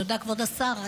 תודה, כבוד השר.